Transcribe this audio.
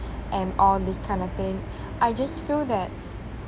and all this kind of thing I just feel that